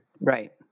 right